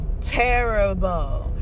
terrible